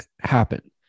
happen